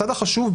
הצד החשוב,